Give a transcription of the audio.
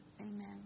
amen